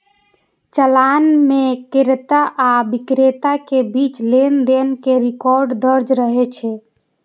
चालान मे क्रेता आ बिक्रेता के बीच लेनदेन के रिकॉर्ड दर्ज रहै छै